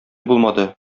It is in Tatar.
булмады